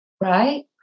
Right